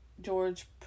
George